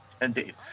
indeed